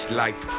life